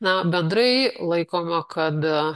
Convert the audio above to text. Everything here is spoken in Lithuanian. na bendrai laikoma kad